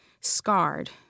scarred